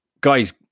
guys